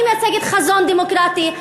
אני מייצגת חזון דמוקרטי,